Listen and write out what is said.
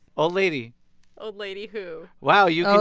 old lady old lady who? wow, you